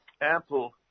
ample